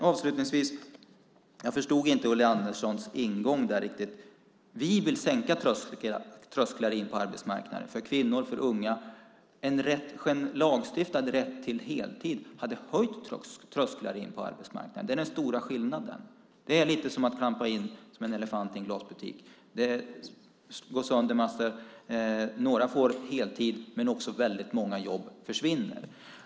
Avslutningsvis förstod jag riktigt inte Ulla Anderssons ingång. Vi vill sänka trösklarna in på arbetsmarknaden för kvinnor och för unga. En lagstiftad rätt till heltid skulle i stället höja trösklarna in på arbetsmarknaden. Det är den stora skillnaden. Det är lite som att klampa in som en elefant i en porslinsbutik - en massa går sönder. Några får heltid, men väldigt många jobb försvinner.